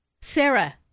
Sarah